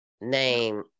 name